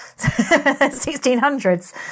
1600s